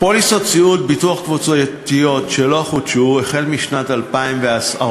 פוליסות סיעוד קבוצתיות שלא חודשו, החל משנת 2014